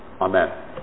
Amen